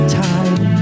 time